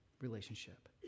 relationship